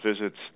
visits